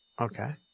Okay